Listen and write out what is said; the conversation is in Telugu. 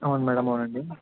అవును మ్యాడమ్ అవునండి